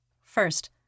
First